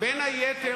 בין היתר,